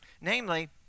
Namely